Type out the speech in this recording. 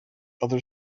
other